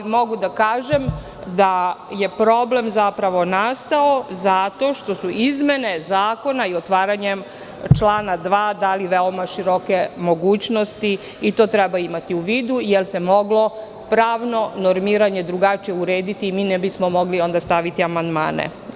Mogu da kažem da je problem zapravo nastao zato što su izmene zakona i otvaranjem člana 2. dali veoma široke mogućnosti i to treba imati u vidu, jer se moglo pravno normiranje drugačije urediti i mi ne bismo onda mogli staviti amandmane.